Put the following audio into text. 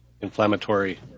inflammatory